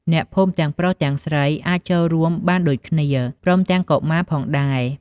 អ្នកភូមិទាំងប្រុសទាំងស្រីអាចចូលរួមបានដូចគ្នា ព្រមទាំងកុមារផងដែរ។